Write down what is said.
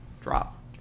drop